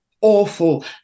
awful